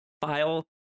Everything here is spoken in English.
file